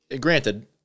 Granted